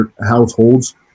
households